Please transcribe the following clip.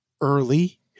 early